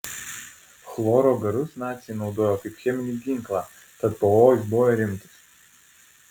chloro garus naciai naudojo kaip cheminį ginklą tad pavojus buvo rimtas